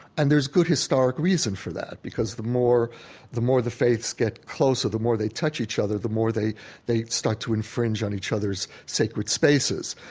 and there's good historic reason for that because the more the more the faiths get closer, the more they touch each other, the more they they start to infringe on each other's sacred spaces.